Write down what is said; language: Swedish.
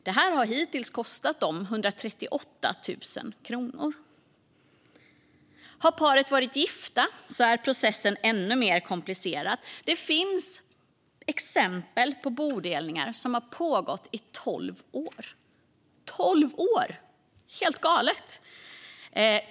Det här har hittills kostat dem 138 000 kronor. Har paret varit gifta är processen ännu mer komplicerad. Det finns exempel på bodelningar som har pågått i tolv år. Tolv år! Det är ju helt galet.